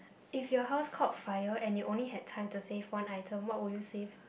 if you house caught fire and you only have time to save one item what would you save